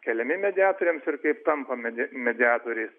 keliami mediatoriams ir kaip tampa medi mediatoriais